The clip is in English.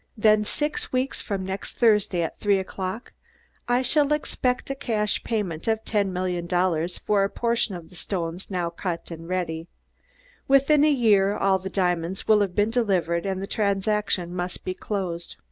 then six weeks from next thursday at three o'clock i shall expect a cash payment of ten million dollars for a portion of the stones now cut and ready within a year all the diamonds will have been delivered and the transaction must be closed.